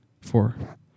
Four